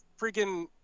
freaking